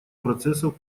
процессов